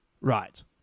Right